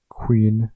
queen